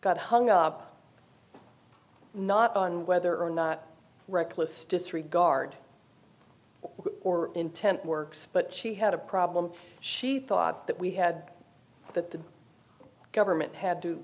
got hung up not on whether or not reckless disregard or intent works but she had a problem she thought that we had that the government had to